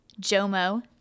JOMO